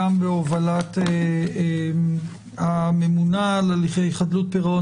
גם בהובלת הממונה על הליכי חדלות פירעון